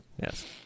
Yes